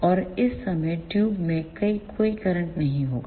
और इस समय ट्यूब में कोई करंट नहीं होगा